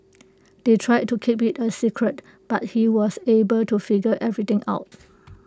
they tried to keep IT A secret but he was able to figure everything out